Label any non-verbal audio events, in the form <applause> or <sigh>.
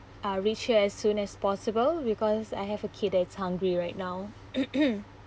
uh reach as soon as possible because I have a kid that is hungry right now <noise>